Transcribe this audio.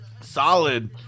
solid